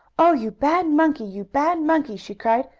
oh, you bad monkey! you bad monkey! she cried.